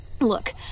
Look